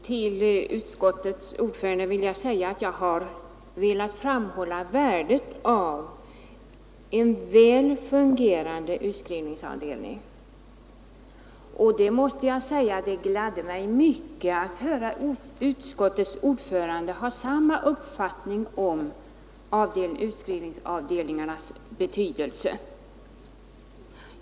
Fru talman! Jag har, herr utskottsordförande, velat framhålla värdet av en väl fungerande utskrivningsavdelning. Det gladde mig mycket att utskottets ordförande har samma uppfattning som jag om utskrivningsavdelningarnas betydelse.